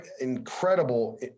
incredible